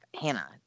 Hannah